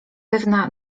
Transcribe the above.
pewna